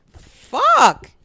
Fuck